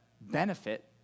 benefit